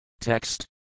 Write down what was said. Text